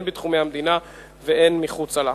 הן בתחומי מדינת ישראל והן מחוצה לה.